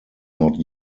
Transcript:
not